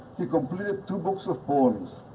he completed two books of poems,